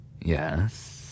Yes